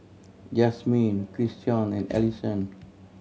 Jasmin Christion and Allyson